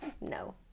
No